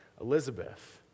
Elizabeth